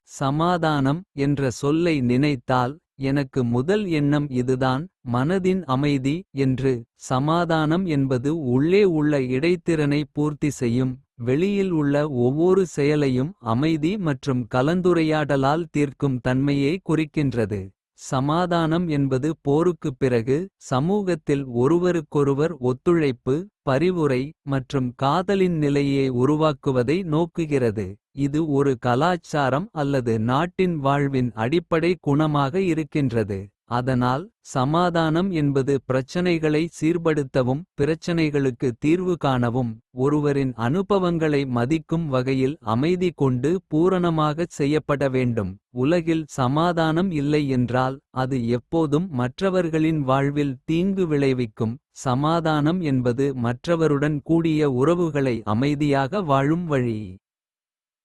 சமாதானம் என்ற சொல்லை நினைத்தால் எனக்கு முதல். எண்ணம் இதுதான் மனதின் அமைதி என்று. சமாதானம் என்பது உள்ளே உள்ள இடைத்திறனை பூர்த்தி செய்யும். வெளியில் உள்ள ஒவ்வொரு செயலையும் அமைதி. மற்றும் கலந்துரையாடலால் தீர்க்கும் தன்மையை குறிக்கின்றது. சமாதானம் என்பது போருக்குப் பிறகு சமூகத்தில் ஒருவருக்கொருவர். ஒத்துழைப்பு பரிவுரை மற்றும் காதலின் நிலையை உருவாக்குவதை. நோக்குகிறது இது ஒரு கலாச்சாரம் அல்லது நாட்டின். வாழ்வின் அடிப்படை குணமாக இருக்கின்றது அதனால். சமாதானம் என்பது பிரச்சனைகளை சீர்படுத்தவும். பிரச்சனைகளுக்கு தீர்வு காணவும் ஒருவரின் அனுபவங்களை. மதிக்கும் வகையில் அமைதி கொண்டு பூரணமாகச் செய்யப்பட. வேண்டும் உலகில் சமாதானம் இல்லை என்றால். அது எப்போதும் மற்றவர்களின் வாழ்வில் தீங்கு விளைவிக்கும். சமாதானம் என்பது மற்றவருடன் கூடிய உறவுகளை அமைதியாக வாழும் வழி.